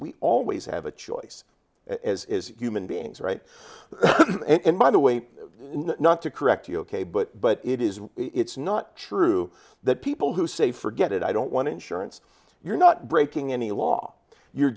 we always have a choice as human beings right and by the way not to correct you ok but but it is it's not true that people who say forget it i don't want insurance you're not breaking any law you're